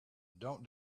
don’t